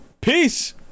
Peace